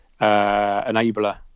enabler